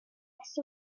rest